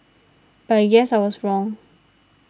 but I guess I was wrong